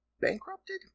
bankrupted